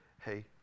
Hey